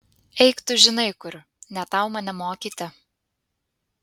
eik tu žinai kur ne tau mane mokyti